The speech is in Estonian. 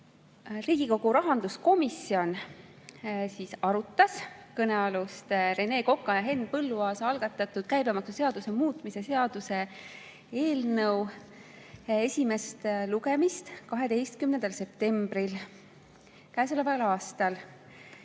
Riigikogu rahanduskomisjon arutas kõnealust Rene Koka ja Henn Põlluaasa algatatud käibemaksuseaduse muutmise seaduse eelnõu esimest lugemist 12. septembril käesoleval aastal.